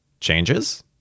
Changes